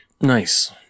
Nice